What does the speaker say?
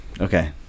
Okay